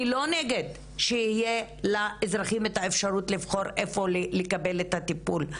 אני לא נגד שלאזרחים תהיה האפשרות לבחור איפה לקבל את הטיפול,